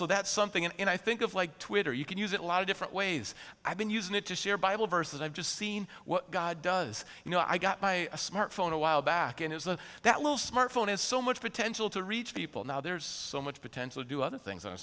so that something and i think of like twitter you can use it a lot of different ways i've been using it to share bible verses i've just seen what god does you know i got my smart phone a while back it is a that will smartphone is so much potential to reach people now there's so much potential do other things